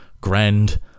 grand